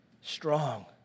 Strong